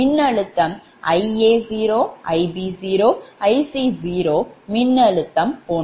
மின்னழுத்தம் Ia0 Ib0 Ic0 மின்னழுத்தம் போன்றது